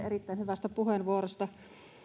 erittäin hyvästä puheenvuorosta